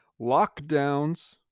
Lockdowns